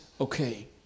okay